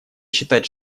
считать